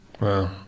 Wow